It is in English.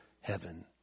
heaven